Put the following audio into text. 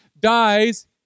dies